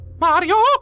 Mario